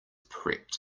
prepped